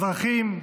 אזרחים,